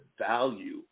value